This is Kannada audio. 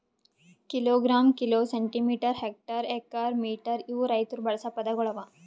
kilogram, kilo, centimetre, hectare, acre, metre ಇವು ರೈತುರ್ ಬಳಸ ಪದಗೊಳ್ ಅವಾ